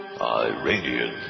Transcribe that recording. Iranian